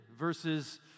verses